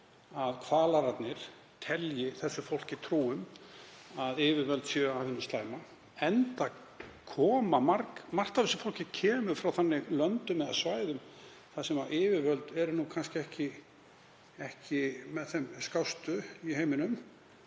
að kvalararnir telji þessu fólki trú um að yfirvöld séu af hinu slæma, enda kemur margt af þessu fólki frá löndum eða svæðum þar sem yfirvöld eru kannski ekki með þeim skástu í heiminum